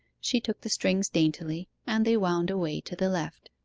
she took the strings daintily, and they wound away to the left.